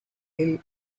ill